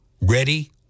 ready